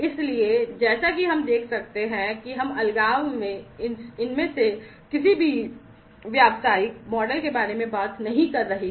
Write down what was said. इसलिए जैसा कि हम देख सकते हैं कि हम अलगाव में इनमें से किसी भी व्यावसायिक मॉडल के बारे में बात नहीं कर रहे हैं